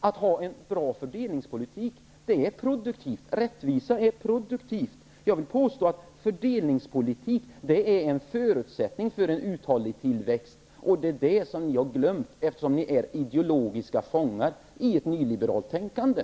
Att ha en bra fördelningspolitik är produktivt; rättvisa är något produktivt. Jag vill påstå att fördelningspolitik är en förutsättning för uthållig tillväxt. Det är det som ni har glömt, eftersom ni är ideologiska fångar i ett nyliberalt tänkande.